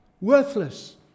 Worthless